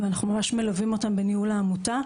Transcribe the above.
ואנחנו ממש מלווים אותם בניהול העמותה.